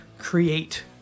create